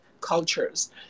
cultures